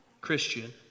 Christian